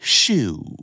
shoe